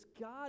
God